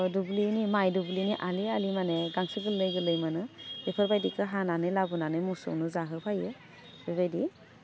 ओह दुब्लिनि माय दुब्लिनि आलि आलि माने गांसो गोरलै गोरलै मोनो बेफोरबायदिखो हानानै लाबोनानै मोसौनो जाहोफैयो बेबायदि